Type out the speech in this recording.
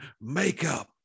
makeup